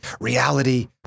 reality